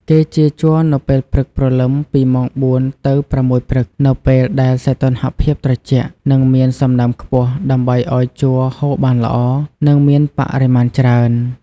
គេចៀរជ័រនៅពេលព្រឹកព្រលឹមពីម៉ោង ៤ ទៅ ៦ ព្រឹក នៅពេលដែលសីតុណ្ហភាពត្រជាក់ និងមានសំណើមខ្ពស់ ដើម្បីឱ្យជ័រហូរបានល្អ និងមានបរិមាណច្រើន។